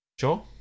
Sure